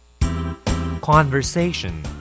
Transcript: Conversation